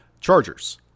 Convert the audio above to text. Chargers